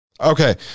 Okay